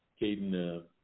Caden